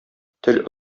тел